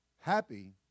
Happy